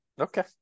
okay